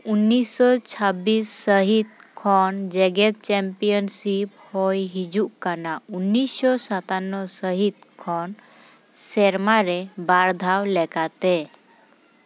ᱩᱱᱤᱥᱥᱚ ᱪᱷᱟᱵᱵᱤᱥ ᱥᱟᱹᱦᱤᱛ ᱠᱷᱚᱱ ᱡᱮᱜᱮᱛ ᱪᱮᱢᱯᱤᱭᱚᱱᱥᱤᱯ ᱦᱳᱭ ᱦᱤᱡᱩᱜ ᱠᱟᱱᱟ ᱩᱱᱤᱥᱥᱚ ᱥᱟᱛᱟᱱᱱᱚ ᱥᱟᱹᱦᱤᱛ ᱠᱷᱚᱱ ᱥᱮᱨᱢᱟᱨᱮ ᱵᱟᱨᱫᱷᱟᱣ ᱞᱮᱠᱟᱛᱮ